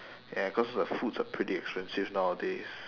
ya cause the foods are pretty expensive nowadays